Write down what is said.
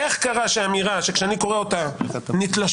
איך קרה שאמירה שכשאני קורא אותה נתלשות